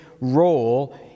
role